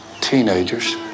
teenagers